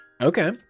Okay